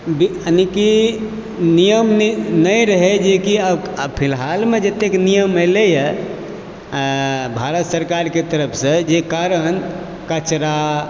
यानिकी नियम नहि रहै जेकि आब फिलहालमे जते नियम भेलै हँ भारत सरकारके तरफसँ जे कारण कचरा